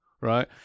Right